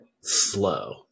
slow